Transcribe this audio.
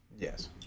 Yes